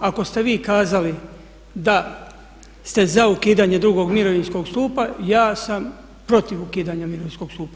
Ako ste vi kazali da ste za ukidanje drugog mirovinskog stupa ja sam protiv ukidanja mirovinskog stupa.